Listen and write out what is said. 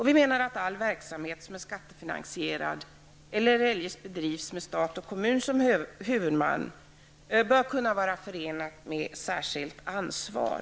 Vi anser att all verksamhet som är skattefinansierad eller eljest bedrivs med stat eller kommun som huvudman bör vara förenad med särskilt ansvar.